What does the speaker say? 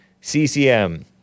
CCM